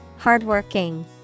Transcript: Hardworking